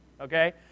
Okay